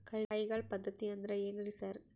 ಕೈಗಾಳ್ ಪದ್ಧತಿ ಅಂದ್ರ್ ಏನ್ರಿ ಸರ್?